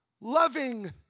loving